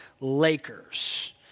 Lakers